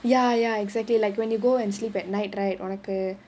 ya ya exactly like when you go and sleep at night right உனக்கு:unakku